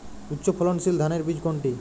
উচ্চ ফলনশীল ধানের বীজ কোনটি?